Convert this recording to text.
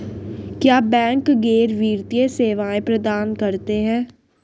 क्या बैंक गैर वित्तीय सेवाएं प्रदान करते हैं?